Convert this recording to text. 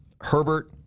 Herbert